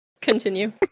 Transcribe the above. Continue